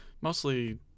mostly